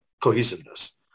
cohesiveness